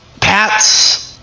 Pat's